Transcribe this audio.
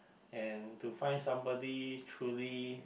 and to find somebody truly